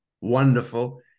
wonderful